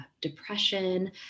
depression